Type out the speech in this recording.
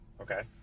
Okay